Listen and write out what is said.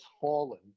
fallen